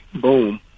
boom